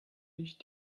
licht